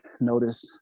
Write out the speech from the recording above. notice